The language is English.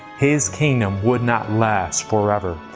his kingdom would not last forever.